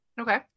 Okay